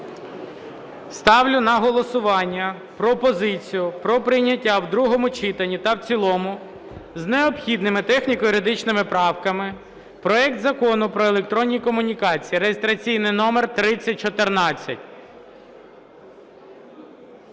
Ставлю на голосування пропозицію про прийняття в другому читанні та в цілому з необхідними техніко-юридичними правками проект Закону про електронні комунікації (реєстраційний номер 3014).